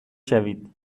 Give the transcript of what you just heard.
شوید